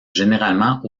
généralement